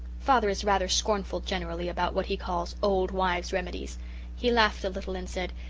father is rather scornful generally about what he calls old wives remedies he laughed a little and said,